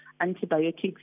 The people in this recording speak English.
antibiotics